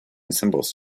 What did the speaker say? symbols